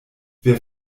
wer